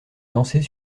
danser